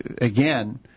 again